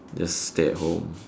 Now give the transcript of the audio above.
just stay at home